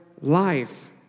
life